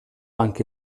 anche